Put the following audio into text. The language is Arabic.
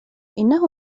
إنه